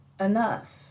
enough